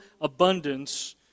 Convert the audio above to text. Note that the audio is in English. abundance